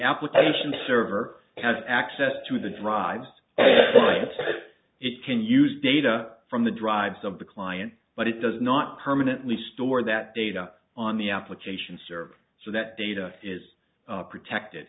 application server has access to the drives boy if it can use data from the drives of the client but it does not permanently store that data on the application server so that data is protected